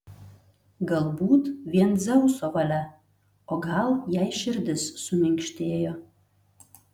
galbūt vien dzeuso valia o gal jai širdis suminkštėjo